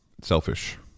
selfish